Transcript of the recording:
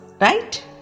right